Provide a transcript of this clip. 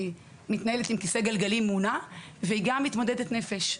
היא מתניידת עם כיסא גלגלים מונע והיא גם מתמודדת נפש.